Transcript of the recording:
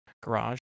Garage